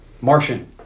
Martian